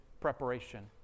preparation